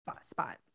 spot